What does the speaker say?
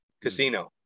Casino